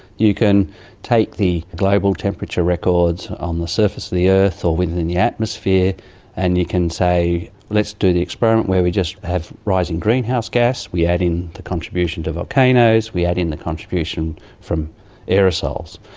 you can take the global temperature records on the surface of the earth or within the atmosphere and you can say let's do the experiment where we just have rising greenhouse gas, we add in the contributions of volcanoes, we add in the contributions from aerosols.